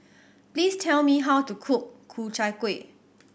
please tell me how to cook Ku Chai Kueh